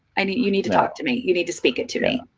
i mean you need to talk to me. you need to speak to me.